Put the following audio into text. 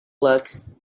looks